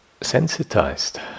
sensitized